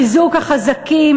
של חיזוק החזקים.